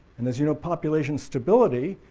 and as you know population stability,